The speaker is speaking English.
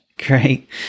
Great